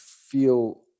feel